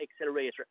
accelerator